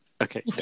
okay